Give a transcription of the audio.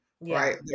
Right